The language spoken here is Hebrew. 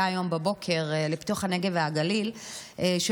לפיתוח הנגב והגליל שהייתה היום בבוקר,